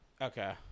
Okay